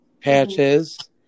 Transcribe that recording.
patches